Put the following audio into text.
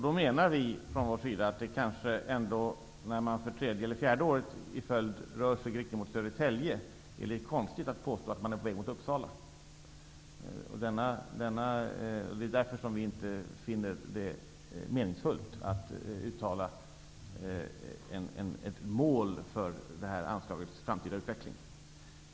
Då menar vi från vår sida att när man för tredje eller fjärde året i följd rör sig i riktning mot Södertälje, är det kanske ändå litet konstigt att påstå att man är på väg mot Uppsala. Det är därför som vi inte finner det meningsfullt att uttala ett mål för anslagets framtida utveckling.